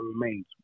remains